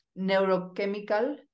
neurochemical